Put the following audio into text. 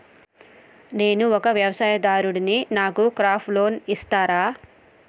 నేను ఒక వ్యవసాయదారుడిని నాకు క్రాప్ లోన్ ఇస్తారా?